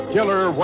Killer